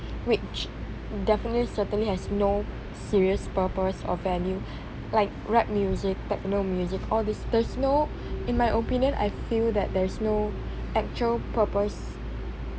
which definitely certainly has no serious purpose or value like rap music techno music all this there's no in my opinion I feel that there is no actual purpose